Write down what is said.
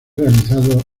realizado